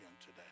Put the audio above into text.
today